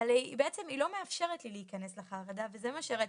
בעצם היא לא מאפשרת לי להיכנס לחרדה וזה מה שרציתי.